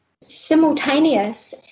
simultaneous